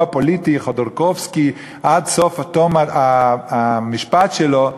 הפוליטי חודורקובסקי עד תום המשפט שלו,